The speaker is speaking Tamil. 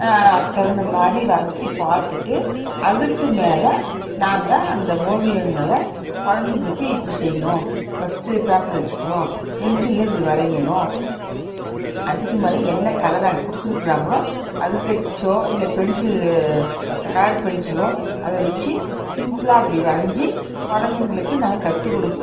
அதுக்கு தகுந்த மாதிரி வரைஞ்சி பார்த்துட்டு அதுக்கு மேலே நாங்கள் அந்த ஓவியங்களை கொழந்தைங்களுக்கு இப்படி செய்யணும் ஃபர்ஸ்ட்டு பேப்பர் வெச்சிக்கிறோம் பென்சில்லேயே இப்படி வரையணும் அதுக்கு மேலே என்ன கலர் அங்கே கொடுத்துருக்காங்களோ அது ஹெச்சோ இல்லை பென்சில் கலர் பென்சிலோ அதை வெச்சி சிம்பிளா அப்படி வரைஞ்சி கொழந்தைங்களுக்கு நாங்கள் கத்துக்குடுக்